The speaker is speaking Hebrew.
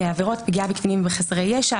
עבירות פגיעה בקטינים וחסרי ישע,